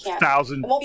thousand